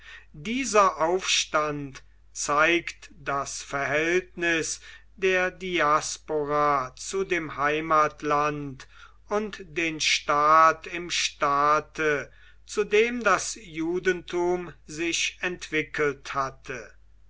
dieser aufstand zeigt das verhältnis der diaspora zu dem heimatland und den staat im staate zu dem das judentum sich entwickelt hatte